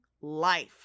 life